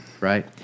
right